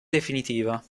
definitiva